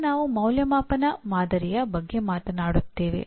ಈಗ ನಾವು ಅಂದಾಜುವಿಕೆಯ ಮಾದರಿಯ ಬಗ್ಗೆ ಮಾತನಾಡುತ್ತೇವೆ